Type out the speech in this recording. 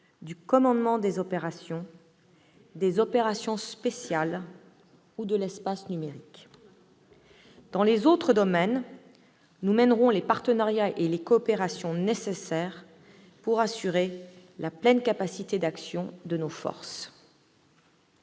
du commandement des opérations, des opérations spéciales ou de l'espace numérique. Dans les autres champs, nous mènerons les partenariats et les coopérations nécessaires pour assurer la pleine capacité d'action de nos forces.